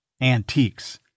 antiques